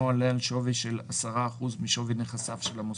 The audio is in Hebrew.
עולה על שווי של 10% משווי נכסיו של המוסד,